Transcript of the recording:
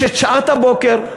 יש את שעת הבוקר,